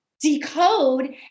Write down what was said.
decode